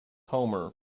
homer